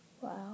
Wow